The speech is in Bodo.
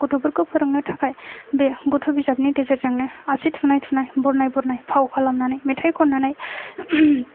गथ'फोरखौ फोरोंनो थाखाय बे गथ' बिजाबनि गेजेरजोंनो आसि थुनाय थुनाय बरनाय बरनाय फाव खालामनानै मेथाइ खननानै